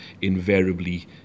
invariably